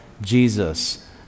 Jesus